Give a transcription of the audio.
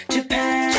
Japan